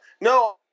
No